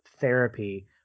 therapy